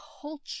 culture